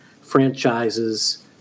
franchises